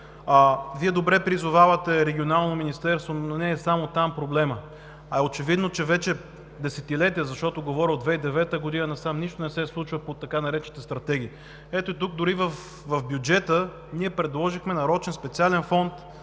Вие добре призовавате Регионалното министерство, но не е само там проблемът, а е очевидно, че вече десетилетия – защото говоря от 2009 г. насам, нищо не се случва по така наречените стратегии. Ето тук дори в бюджета ние предложихме нарочен, специален фонд